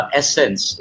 essence